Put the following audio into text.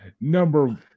number